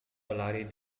berlari